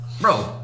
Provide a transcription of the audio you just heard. Bro